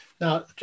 Now